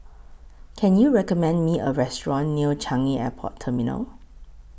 Can YOU recommend Me A Restaurant near Changi Airport Terminal